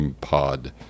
pod